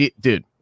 Dude